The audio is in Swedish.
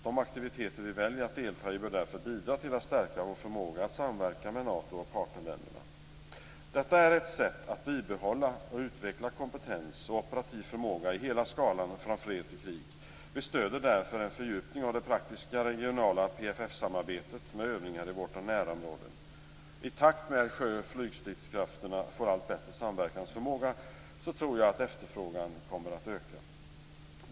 De aktiviteter som vi väljer att delta i bör därför bidra till att stärka vår förmåga att samverka med Nato och partnerländerna. Detta är ett sätt att bibehålla och utveckla kompetens och operativ förmåga över hela skalan, från fred till krig. Vi stöder därför en fördjupning av det praktiska regionala PFF-samarbetet med övningar i vårt närområde. I takt med att sjö och flygstridskrafterna får en allt bättre samverkansförmåga tror jag att efterfrågan kommer att öka.